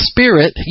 Spirit